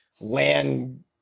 land